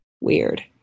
Weird